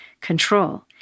control